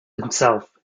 himself